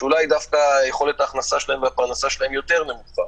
שאולי דווקא יכולת ההכנסה שלהם והפרנסה שלהם יותר נמוכה,